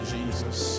Jesus